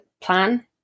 plan